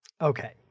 Okay